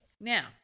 Now